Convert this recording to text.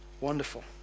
Wonderful